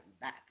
back